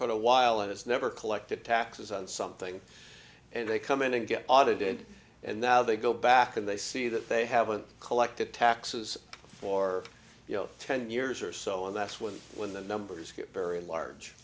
quite a while and it's never collected taxes on something and they come in and get audited and now they go back and they see that they haven't collected taxes for you know ten years or so and that's when when the numbers get very large